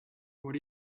what